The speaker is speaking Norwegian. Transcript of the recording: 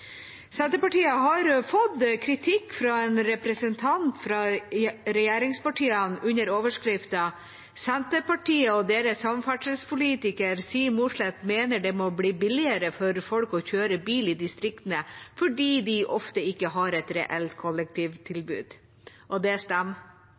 Senterpartiet har fått kritikk fra en representant fra regjeringspartiene under overskriften: «Sp og deres samferdselspolitiker Siv Mossleth mener det må billigere for folk å kjøre bil i distriktene fordi de ofte ikke har et reelt